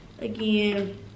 again